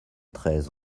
treize